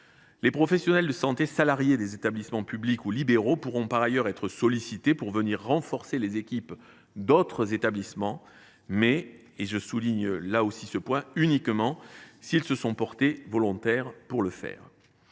Les professionnels de santé salariés des établissements publics ou libéraux pourront par ailleurs être sollicités pour renforcer les équipes d’autres établissements, mais uniquement, j’y insiste là encore, s’ils se sont portés volontaires pour le faire.